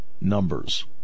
numbers